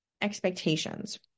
expectations